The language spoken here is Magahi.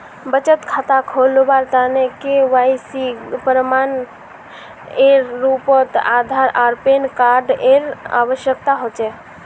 बचत खता खोलावार तने के.वाइ.सी प्रमाण एर रूपोत आधार आर पैन कार्ड एर आवश्यकता होचे